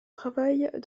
travaille